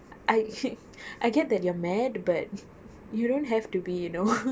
I I get that you're mad but you don't have to be you know